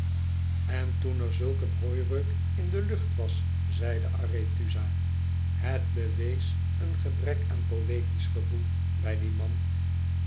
en toen er zulk een hooireuk in de lucht was zeide arethusa het bewees een gebrek aan poëtisch gevoel bij dien man